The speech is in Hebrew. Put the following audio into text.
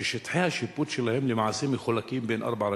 ששטחי השיפוט שלהם מחולקים למעשה בין ארבע רשויות.